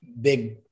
big